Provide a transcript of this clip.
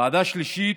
ועדה שלישית,